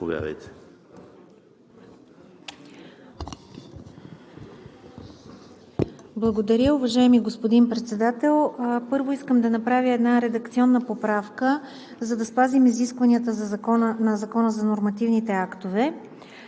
Благодаря, уважаеми господин Председател. Първо искам да направя една редакционна поправка, за да спазим изискванията на Закона за нормативните актове.